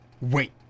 Wait